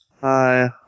Hi